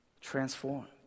transformed